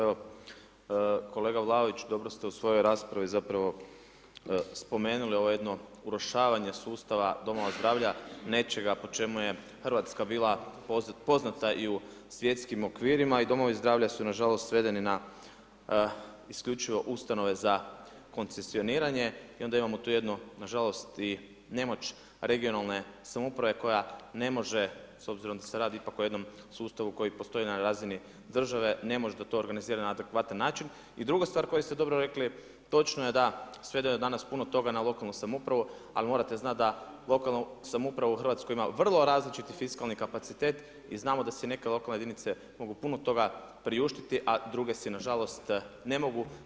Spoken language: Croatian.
Evo, kolega Vlaović, dobro ste u svojoj raspravi zapravo spomenuli, ovo je jedno urušavanje sustava domova zdravlja, nečega po čemu je Hrvatska bila poznata i u svjetskim okvirima i domovi zdravlja su na žalost, svedeni na isključivo ustanove za koncesioniranje i onda imamo tu jedno, na žalost i nemoć regionalne samouprave koja ne može s obzirom da se radi ipak o jednom sustavu koji postoji na razini države ne može da to organizira na adekvatan način i druga stvar koju ste dobro rekli točno je da svedeno danas puno toga na lokalnu samoupravu ali morate znati da lokalnu samoupravu u Hrvatskoj ima vrlo različito fiskalni kapacitet i znamo da si neke lokalne jedinice mogu puno toga priuštiti, a druge si na žalost ne mogu.